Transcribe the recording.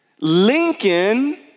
Lincoln